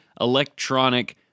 electronic